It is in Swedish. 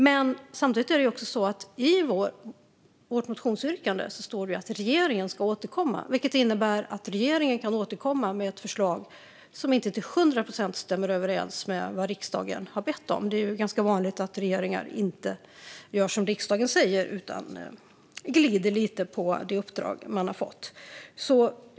Men samtidigt står det i vårt motionsyrkande att regeringen ska återkomma, vilket innebär att regeringen kan återkomma med ett förslag som inte till hundra procent stämmer överens med vad riksdagen har bett om. Det är ganska vanligt att regeringar inte gör som riksdagen säger utan glider lite på det uppdrag man har fått.